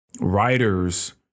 Writers